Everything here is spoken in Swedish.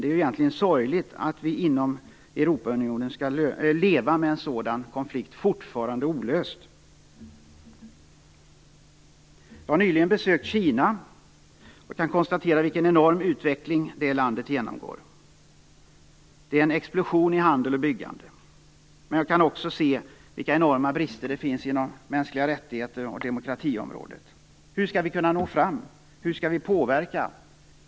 Det är egentligen sorgligt att vi inom Europaunionen skall leva med en sådan fortfarande olöst konflikt. Jag har nyligen besökt Kina. Jag kan konstatera vilken enorm utveckling det landet genomgår. Det är en explosion i handel och byggande. Men jag kan också se vilka enorma brister det finns i fråga om mänskliga rättigheter och på demokratiområdet. Hur skall vi kunna nå fram? Hur skall vi påverka?